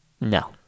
No